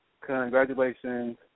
Congratulations